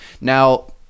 Now